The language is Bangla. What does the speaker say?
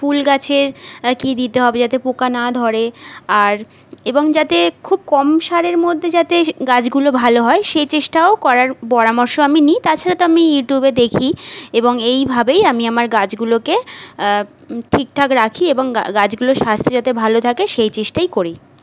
ফুল গাছের কী দিতে হবে যাতে পোকা না ধরে আর এবং যাতে খুব কম সারের মধ্যে যাতে গাছগুলো ভালো হয় সেই চেষ্টাও করার পরামর্শ আমি নিই তাছাড়া তো আমি ইউটিউবে দেখি এবং এইভাবেই আমি আমার গাছগুলোকে ঠিকঠাক রাখি এবং গাছগুলোর স্বাস্থ্য যাতে ভালো থাকে সেই চেষ্টাই করি